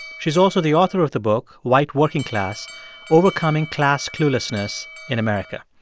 she's also the author of the book white working class overcoming class cluelessness in america.